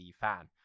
fan